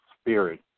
spirit